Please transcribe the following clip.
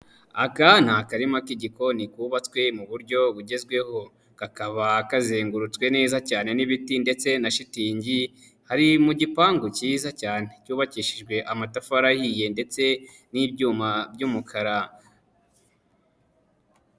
Aka ni akarima k'igikoni kubatswe mu buryo bugezweho. Kakaba kazengurutswe neza cyane n'ibiti ndetse na shitingi, kari mu gipangu cyiza cyane cyubakishijwe amatafari ahiye ndetse n'ibyuma by'umukara.